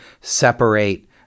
separate